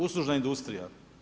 Uslužna industrija.